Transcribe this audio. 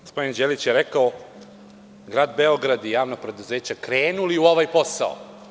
Gospodin Đelić je rekao grad Beograd i javna preduzeća krenuli u ovaj posao.